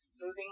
moving